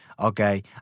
Okay